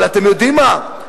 אבל אתם יודעים מה?